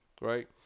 Right